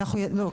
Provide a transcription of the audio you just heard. לא.